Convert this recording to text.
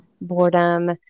boredom